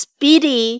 Speedy